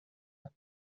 ﺑﻮﺩﻡ